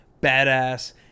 Badass